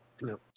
no